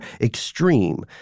extreme